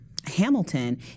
Hamilton